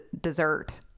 dessert